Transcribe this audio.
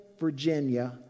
Virginia